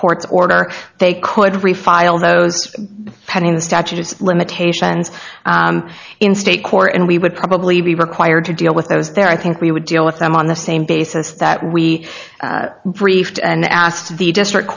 court's order they could refile those pending the statute of limitations in state court and we would probably be required to deal with those there i think we would deal with them on the same basis that we briefed and asked the district